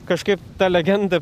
kažkaip ta legenda